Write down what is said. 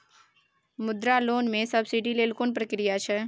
मुद्रा लोन म सब्सिडी लेल कोन प्रक्रिया छै?